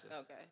Okay